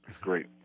great